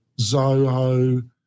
Zoho